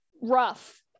rough